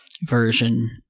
version